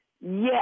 Yes